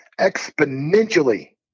exponentially